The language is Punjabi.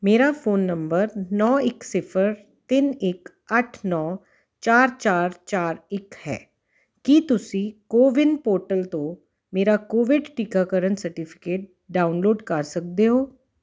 ਮੇਰਾ ਫ਼ੋਨ ਨੰਬਰ ਨੌ ਇੱਕ ਸਿਫਰ ਤਿੰਨ ਇੱਕ ਅੱਠ ਨੌ ਚਾਰ ਚਾਰ ਚਾਰ ਇੱਕ ਹੈ ਕੀ ਤੁਸੀਂ ਕੋਵਿਨ ਪੋਰਟਲ ਤੋਂ ਮੇਰਾ ਕੋਵਿਡ ਟੀਕਾਕਰਨ ਸਰਟੀਫਿਕੇਟ ਡਾਊਨਲੋਡ ਕਰ ਸਕਦੇ ਹੋ